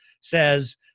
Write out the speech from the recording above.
says